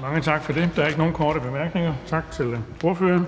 Mange tak for det. Der er ikke nogen korte bemærkninger. Tak til ordføreren.